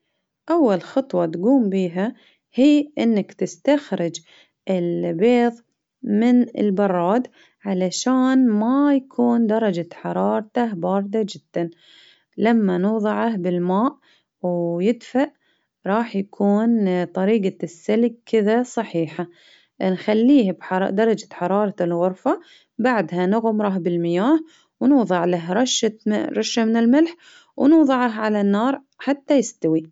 أول خطوة تقوم بيها هي إنك تستخرج البيض من البراد، علشان ما يكون درجة حرارته باردة جدا، لما نوضعه بالماء ويدفئ راح يكون طريقة السلق كذا صحيحة ،نخليه بحر- درجة حرارة الغرفة، بعدها نغمره بالمياه ،ونوضع له رشة ماء ،رشة من الملح ، ونوضعه على النار حتى يستوي.